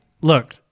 look